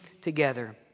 together